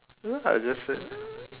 you know what I just said